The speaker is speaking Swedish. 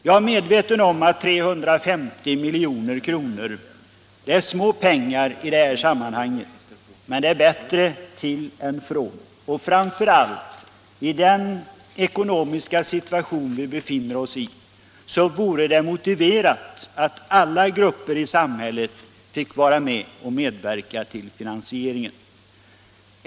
Jag är medveten om att 350 milj.kr. är litet pengar i det här sammanhanget, men bättre till än från och framför allt: I den ekonomiska situation vi befinner oss i vore det motiverat att alla grupper i samhället fick medverka till finansieringen.